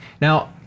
Now